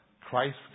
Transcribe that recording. Christ